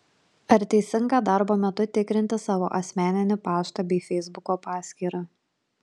ar teisinga darbo metu tikrinti savo asmeninį paštą bei feisbuko paskyrą